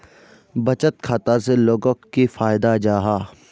बचत खाता से लोगोक की फायदा जाहा?